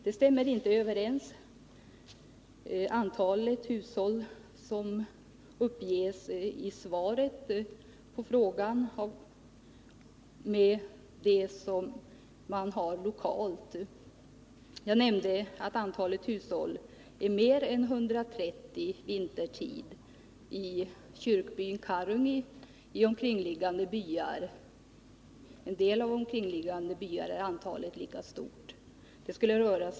Det antal som uppges i svaret på frågan 7 stämmer inte överens med det som man har uppgivit lokalt. Jag nämnde att antalet hushåll är mer än 130 vintertid i kyrkbyn Karungi. I några av de omkringliggande byarna är antalet lika stort.